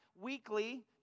weekly